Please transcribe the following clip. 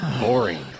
boring